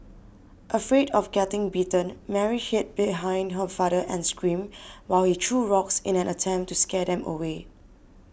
afraid of getting bitten Mary hid behind her father and screamed while he threw rocks in an attempt to scare them away